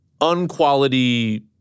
unquality